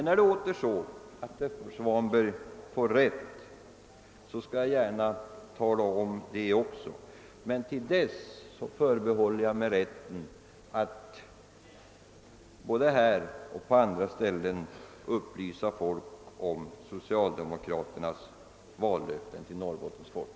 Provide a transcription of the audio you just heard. Om det visar sig att herr Svanberg får rätt, skall jag gärna tala om det, men till dess förbehåller jag mig rätten att både här och på andra ställen upplysa om värdet av socialdemokraternas vallöften till Norrbottens folk.